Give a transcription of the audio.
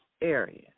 area